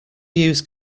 use